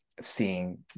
seeing